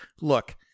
look